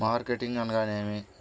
Marketing అనగానేమి?